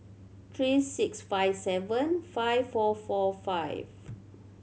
three six five seven five four four five